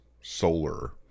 solar